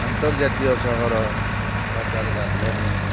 ଆନ୍ତର୍ଜାତୀୟ ସହର୍ ବା ତା'ର ରାଜଧାନୀ